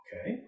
Okay